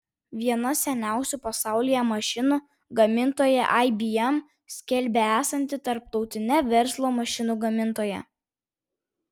viena seniausių pasaulyje mašinų gamintoja ibm skelbia esanti tarptautine verslo mašinų gamintoja